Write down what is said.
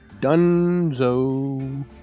Dunzo